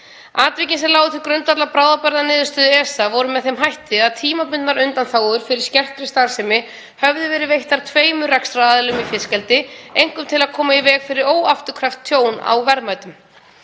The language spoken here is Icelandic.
Atvikin sem lágu til grundvallar bráðabirgðaniðurstöðu ESA voru með þeim hætti að tímabundnar undanþágur fyrir skertri starfsemi höfðu verið veittar tveimur rekstraraðilum í fiskeldi, einkum til að koma í veg fyrir óafturkræft tjón á verðmætum.